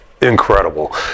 incredible